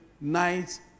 night